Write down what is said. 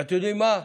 ואתם יודעים מה,